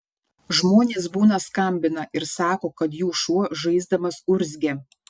žmonės būna skambina ir sako kad jų šuo žaisdamas urzgia